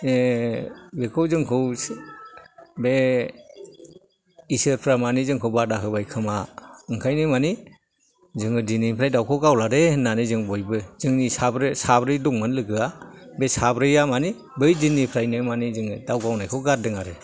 बेखौ जोंखौ सो बे इसोरफ्रा मानि जोंखौ बादा होबाय खोमा ओंखायनो मानि जोङो दिनैनिफ्राय दावखौ गावला दे होननानै जों बयबो जोंनि साब्रै दंमोन लोगोआ बे साब्रैआ मानि बै दिनिफ्रायनो मानि जोङो दाव गावनायखौ गारदों आरो